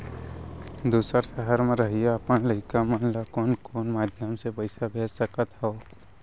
दूसर सहर म रहइया अपन लइका ला कोन कोन माधयम ले पइसा भेज सकत हव?